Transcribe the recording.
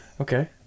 Okay